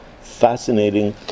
fascinating